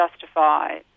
justify